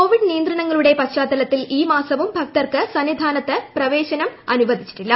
Covid നിയന്ത്രണങ്ങളുടെ പശ്ചാത്തലത്തിൽ ഈ മാസവും ഭക്തർക്ക് സന്നിധാനത്ത് ദർശനം അനുവദിച്ചിട്ടില്ല